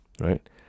right